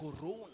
Corona